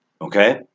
okay